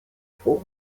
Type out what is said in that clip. poor